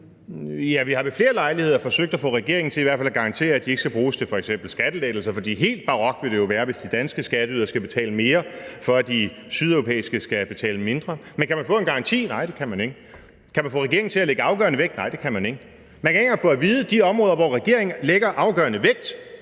Ja, vi har ved flere lejligheder forsøgt at få regeringen til at garantere, at de i hvert fald ikke skal bruges til f.eks. skattelettelser, for helt barokt vil det jo være, hvis danske skatteydere skal betale mere, for at de sydeuropæiske skal betale mindre. Kan man få en garanti? Nej, det kan man ikke. Kan man få regeringen til at lægge afgørende vægt på det? Nej, det kan man ikke. Man kan ikke engang få at vide, i forhold til de områder som regeringen lægger afgørende vægt